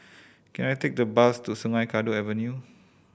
can I take a bus to Sungei Kadut Avenue